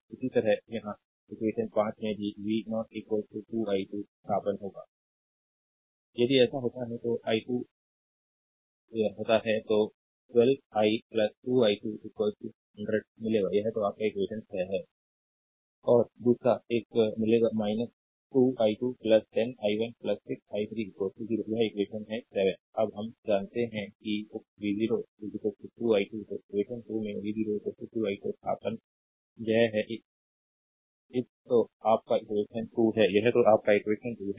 इसी तरह यहाँ इक्वेशन 5 में भी v0 2 i2 स्थानापन्न होगा स्लाइड टाइम देखें 0556 Refer Slide Time 0647 यदि ऐसा होता है तो 12 i 2 i2 100 मिलेगा यह तो आप का इक्वेशन 6 है और दूसरा एक मिलेगा 2 i2 10 i1 6 i3 0 यह इक्वेशन है 7 अब हम जानते हैं कि उप v0 2 i2 तो इक्वेशन 2 में v0 2 i2 स्थानापन्न यह है इस तो आप का इक्वेशन 2 है यह तो आप का इक्वेशन 2 है